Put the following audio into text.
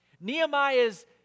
Nehemiah's